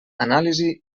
anàlisi